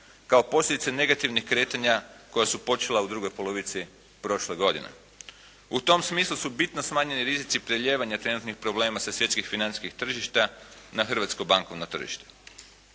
kao posljedice negativnih kretanja koja su počela u drugoj polovici prošle godine. U tom smislu su bitno smanjeni rizici prelijevanja trenutnih problema sa svjetskih financijskih tržišta na hrvatsko bankovno tržište.